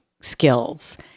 skills